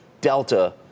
delta